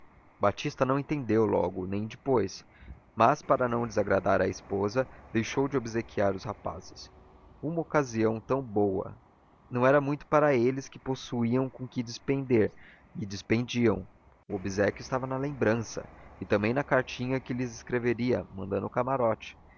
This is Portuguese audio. batista não entendeu logo nem depois mas para não desagradar à esposa deixou de obsequiar os rapazes uma ocasião tão boa não era muito para eles que possuíam com que despender e despendiam o obséquio estava na lembrança e também na cartinha que lhes escreveria mandando o camarote